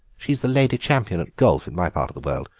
she's the lady champion at golf in my part of the world.